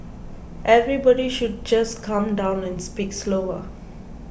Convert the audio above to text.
everybody should just calm down and speak slower